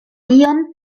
tion